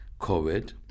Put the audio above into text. COVID